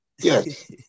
Yes